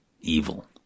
evil